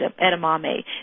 edamame